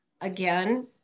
Again